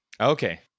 Okay